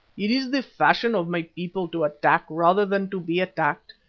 it is the fashion of my people to attack rather than to be attacked,